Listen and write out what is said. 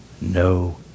no